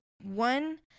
one